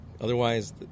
Otherwise